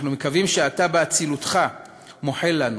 אנחנו מקווים שאתה באצילותך מוחל לנו.